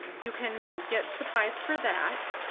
you can get supplies for that,